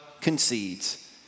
concedes